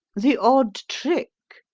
the odd trick?